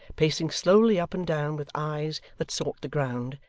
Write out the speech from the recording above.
pacing slowly up and down with eyes that sought the ground,